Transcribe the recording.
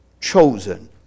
chosen